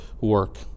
work